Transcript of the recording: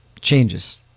changes